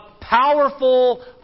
powerful